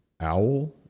owl